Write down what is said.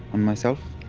on myself.